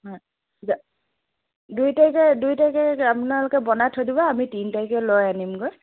হয় দুই তাৰিখে দুই তাৰিখে আপোনালোকে বনাই থৈ দিব আমি তিনি তাৰিখে লৈ আনিমগৈ